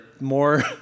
more